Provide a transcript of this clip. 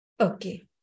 Okay